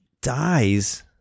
dies